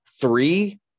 three